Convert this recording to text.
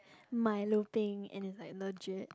milo peng and is like legit